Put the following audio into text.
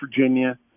Virginia